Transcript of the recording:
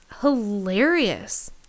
hilarious